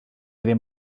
ddim